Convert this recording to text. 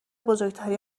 بزرگتری